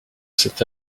cet